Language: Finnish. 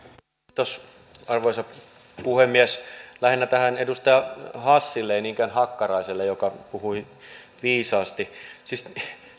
kiitos arvoisa puhemies lähinnä tähän edustaja hassille ei niinkään hakkaraiselle joka puhui viisaasti siis